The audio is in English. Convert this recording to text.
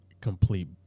complete